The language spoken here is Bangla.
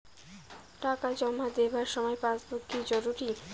টাকা জমা দেবার সময় পাসবুক কি জরুরি?